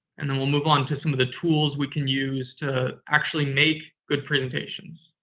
and then we'll move on to some of the tools we can use to actually make good presentations.